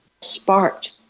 sparked